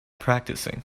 practicing